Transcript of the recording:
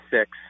six